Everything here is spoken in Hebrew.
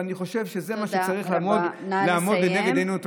ואני חושב שזה מה שצריך לעמוד לנגד עינינו.